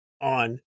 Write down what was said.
on